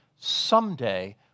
someday